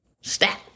STAT